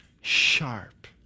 sharp